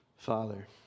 father